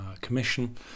commission